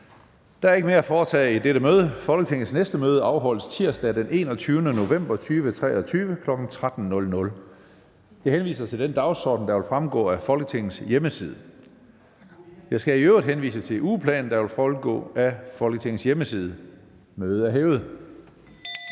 Der er ikke mere at foretage i dette møde. Folketingets næste møde afholdes tirsdag den 21. november 2023, kl. 13.00. Jeg henviser til den dagsorden, der vil fremgå af Folketingets hjemmeside. Jeg skal i øvrigt henvise til ugeplanen, der også vil fremgå af Folketingets hjemmeside. Mødet er hævet.